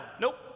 Nope